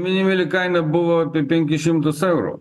minimali kaina buvo penkis šimtus eurų